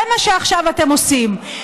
זה מה שעכשיו אתם עושים.